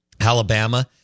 Alabama